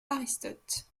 aristote